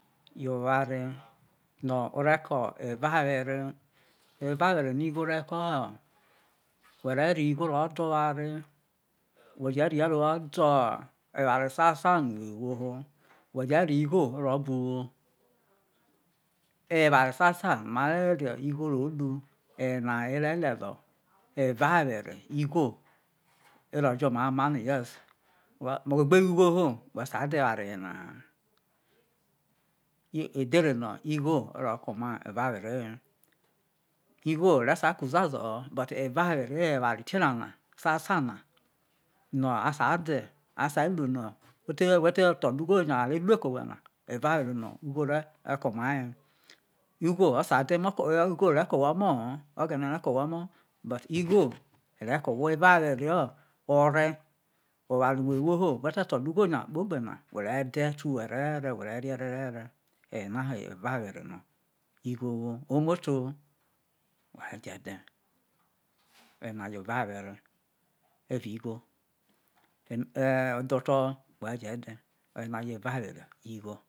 yo oware no ore ko evawere evawere no igho re ko no whe re reye ro de oware sasa no whe who ho eware sasa ma re ro igho ro lu oye na oye re le lie evawere igho oro jo omai oma ino yes whe gbe wo igho ho whe sai de ewaro ye na ha ye edhere no igho osia ro ko oma evawere ye igho osai ke uzuazo ho but evawere ho eware itionana sosa no a sai de no who te tolo ugho no eware gbe ku ko owhe na yo evawere no ugho ore ko owhe ye ugho ore ko owhe omo ho oghene ore ke owho omo but igho igho ore ko owho evawere ore oware no whe woho we te tolo ugho nya kpo ogbe na whe re rie erere oye na ho evawere no igho awo omoto wa re je dhe oye na yo evawere evao igho e odhoto whe re je dhe.